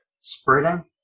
spreading